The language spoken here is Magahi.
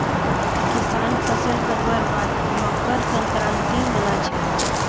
किसान फसल कटवार बाद मकर संक्रांति मना छेक